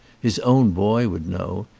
his own boy would know,